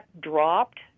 dropped